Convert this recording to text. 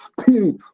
spirit